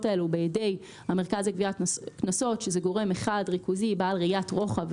האלו בידי המרכז לגביית קנסות שזה גורם אחד ריכוזי בעל ראיית רוחב,